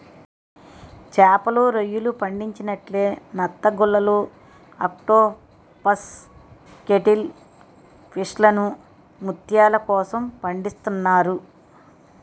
చేపలు, రొయ్యలు పండించినట్లే నత్తగుల్లలు ఆక్టోపస్ కేటిల్ ఫిష్లను ముత్యాల కోసం పండిస్తున్నారు